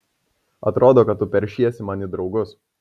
atrodo kad tu peršiesi man į draugus